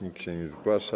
Nikt się nie zgłasza.